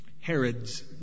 Herods